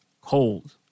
cold